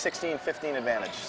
sixteen fifteen advantage